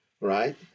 right